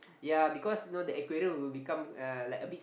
yea because know the aquarium will become uh like a bit